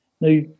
Now